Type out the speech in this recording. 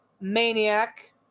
Maniac